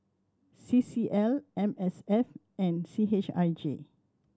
C C L M S F and C H I J